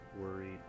worried